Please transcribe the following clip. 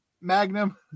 magnum